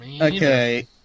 Okay